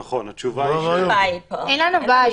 נכון, התשובה היא --- אין לנו בית פה.